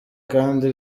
kandi